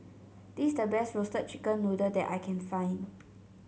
this is the best Roasted Chicken Noodle that I can find